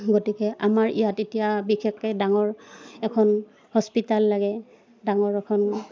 গতিকে আমাৰ ইয়াত এতিয়া বিশেষকে ডাঙৰ এখন হস্পিটাল লাগে ডাঙৰ এখন